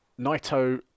Naito